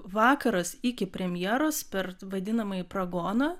vakaras iki premjeros per vadinamąjį pragoną